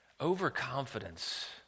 Overconfidence